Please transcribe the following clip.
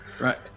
Right